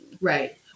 Right